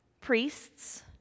priests